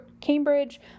Cambridge